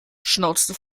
schnauzte